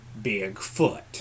Bigfoot